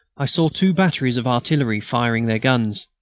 i saw two batteries of artillery, firing their guns.